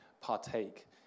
partake